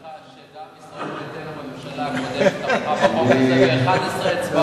רק להזכיר לך שגם ישראל ביתנו בממשלה הקודמת תמכה בחוק הזה ו-11 אצבעות,